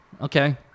okay